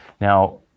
now